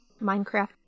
Minecraft